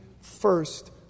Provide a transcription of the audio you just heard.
first